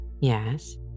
Yes